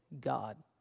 God